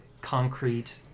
concrete